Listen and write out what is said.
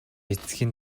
эцгийн